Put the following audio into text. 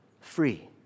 free